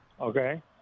Okay